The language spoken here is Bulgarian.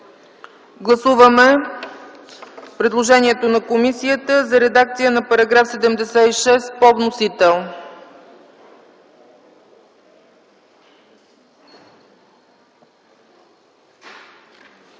гласуваме предложението на комисията за редакция на § 76 по вносител.